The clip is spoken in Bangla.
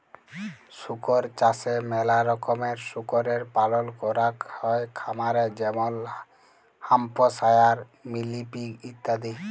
শুকর চাষে ম্যালা রকমের শুকরের পালল ক্যরাক হ্যয় খামারে যেমল হ্যাম্পশায়ার, মিলি পিগ ইত্যাদি